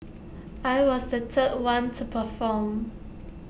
I was the third one to perform